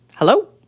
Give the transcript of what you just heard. Hello